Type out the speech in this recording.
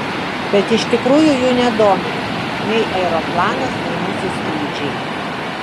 bet iš tikrųjų jų nedomino nei aeroplanas nei mūsų skrydžiai